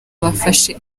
bafashe